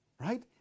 Right